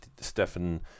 Stefan